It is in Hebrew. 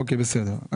אוקיי בסדר.